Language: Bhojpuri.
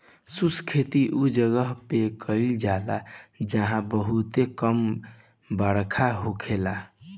शुष्क खेती उ जगह पे कईल जाला जहां बहुते कम बरखा होखेला